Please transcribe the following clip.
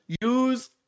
Use